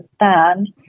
understand